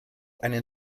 einen